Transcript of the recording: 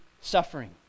suffering